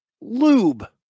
lube